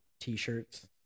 t-shirts